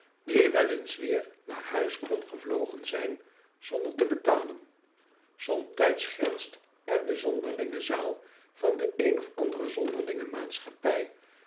die wel eens weer naar huis kon gevlogen zijn zonder te betalen somtijds grenst er de zonderlinge zaal van de een of andere zonderlinge maatschappij